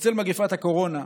בצל מגפת הקורונה,